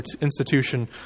institution